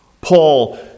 Paul